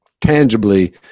tangibly